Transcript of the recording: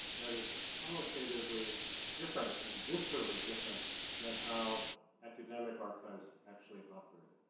that is qualitatively different, and viscerally different than how academic archives actually operate.